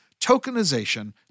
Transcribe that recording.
Tokenization